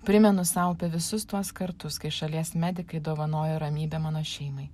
primenu sau apie visus tuos kartus kai šalies medikai dovanojo ramybę mano šeimai